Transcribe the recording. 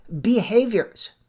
behaviors